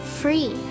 free